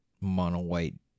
mono-white